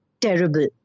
terrible